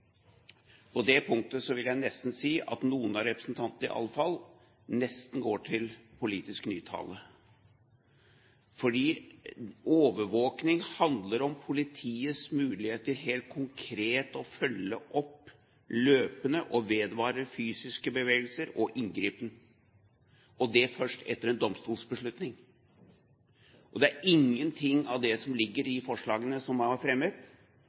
På det punktet vil jeg nesten si at noen av representantene iallfall nesten går til politisk nytale. Overvåkning handler om politiets muligheter til helt konkret å følge opp løpende og vedvarende fysiske bevegelser og inngripen – og det først etter en domstolsbeslutning. Ingenting av det som ligger i forslagene som er fremmet,